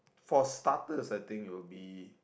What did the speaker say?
for starters I think it will be